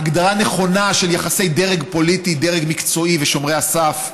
הגדרה נכונה של יחסי דרג פוליטי דרג מקצועי ושומרי הסף,